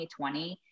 2020